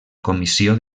comissió